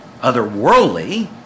otherworldly